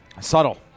Subtle